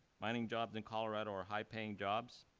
mining jobs in colorado are high paying jobs,